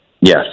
Yes